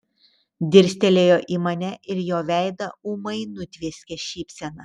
dirstelėjo į mane ir jo veidą ūmai nutvieskė šypsena